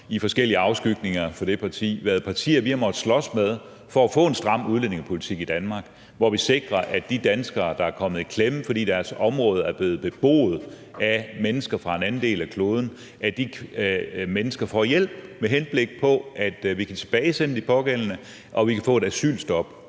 i forskellige afskygninger af det parti, altså været partier, vi har måttet slås med for at få en stram udlændingepolitik i Danmark, hvor vi sikrer, at de danskere, der er kommet i klemme, fordi deres område er blevet beboet af mennesker fra en anden del af kloden, får hjælp, med henblik på at vi kan tilbagesende de pågældende og vi kan få et asylstop